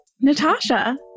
Natasha